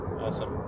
Awesome